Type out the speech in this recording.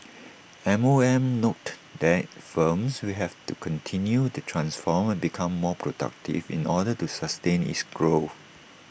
M O M noted that firms will have to continue to transform and become more productive in order to sustain is growth